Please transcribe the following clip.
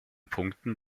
punkten